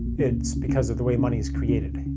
it's because of the way money is created,